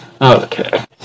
Okay